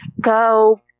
go